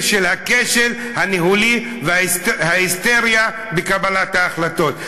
של הכשל הניהולי וההיסטריה בקבלת ההחלטות.